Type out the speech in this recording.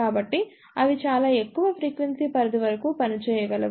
కాబట్టి అవి చాలా ఎక్కువ ఫ్రీక్వెన్సీ పరిధి వరకు పనిచేయగలవు